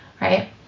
right